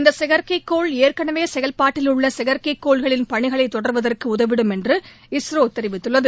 இந்த செயற்கைக்கோள் ஏற்கனவே செயல்பாட்டில் உள்ள செயற்கைக் கோள்களின் பணிகளை தொடர்வதற்கு உதவிடும் என்று இஸ்ரோ தெரிவித்துள்ளது